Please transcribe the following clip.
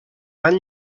van